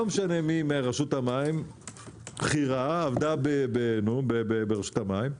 לא משנה מי מרשות המים, בכירה, עבדה ברשות המים,